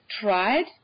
tried